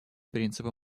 принципа